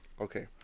Okay